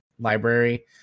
Library